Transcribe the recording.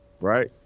Right